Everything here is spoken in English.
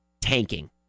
tanking